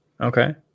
Okay